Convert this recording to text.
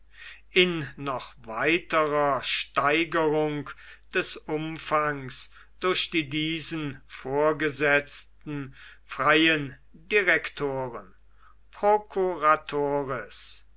in noch weiterer steigerung des umfangs durch die diesen vorgesetzten freien direktoren